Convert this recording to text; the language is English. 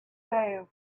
says